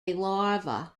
larva